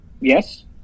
yes